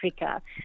Africa